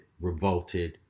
revolted